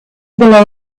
below